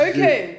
Okay